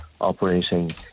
operating